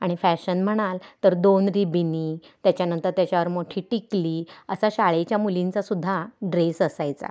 आणि फॅशन म्हणाल तर दोन रिब्बिनी त्याच्यानंतर त्याच्यावर मोठी टिकली असा शाळेच्या मुलींचासुद्धा ड्रेस असायचा